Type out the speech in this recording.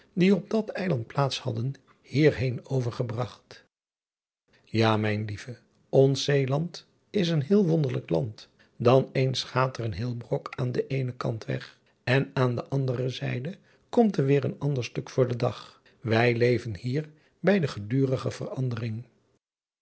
die op dat eiland plaats hadden hier heen overgebragt a mijn lieve ons eeland is een heel wonderlijk land an eens gaat er een heel brok aan den eenen kant weg en aan eene andere zijde komt er weer een ander stuk voor den dag wij leven hier bij de gedurige verandering